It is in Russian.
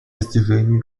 достижению